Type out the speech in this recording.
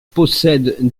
possède